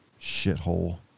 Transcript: shithole